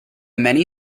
many